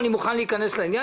אני מוכן להיכנס לעניין,